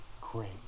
great